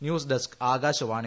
news desk Akashvani